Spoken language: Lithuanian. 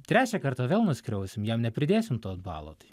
trečią kartą vėl nuskriausim jam nepridėsim to balo tai